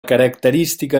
característica